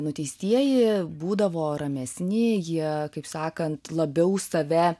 nuteistieji būdavo ramesni jie kaip sakant labiau save